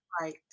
Right